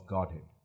Godhead